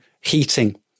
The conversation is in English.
heating